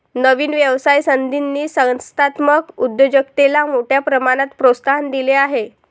नवीन व्यवसाय संधींनी संस्थात्मक उद्योजकतेला मोठ्या प्रमाणात प्रोत्साहन दिले आहे